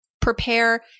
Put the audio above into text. prepare